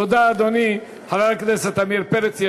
תודה, אדוני, חבר הכנסת עמיר פרץ.